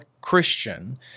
Christian